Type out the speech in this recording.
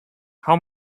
how